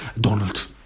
Donald